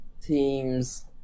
teams